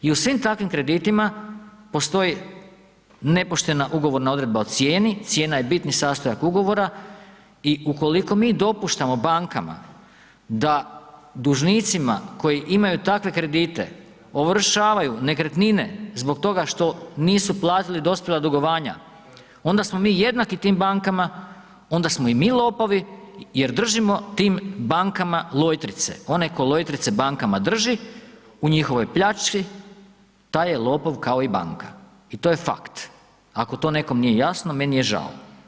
I u svim takvim kreditima postoji nepoštena ugovorna odredba o cijeni, cijena je bitni sastojak ugovora i ukoliko mi dopuštamo bankama da dužnicima koji imaju takve kredite ovršavaju nekretnine zbog toga što nisu platili dospjela dugovanja, onda smo mi jednaki tim bankama, onda smo i mi lopovi jer držimo tim bankama lojtrice, onaj tko lojtrice bankama drži u njihovoj pljački, taj je lopov kao i banka i to je fakt, ako to nekom nije jasno, meni je žao.